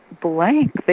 blank